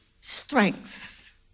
strength